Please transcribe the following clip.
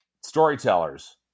storytellers